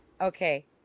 Okay